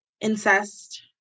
incest